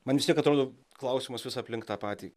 man vis tiek atrodo klausimas vis aplink tą patį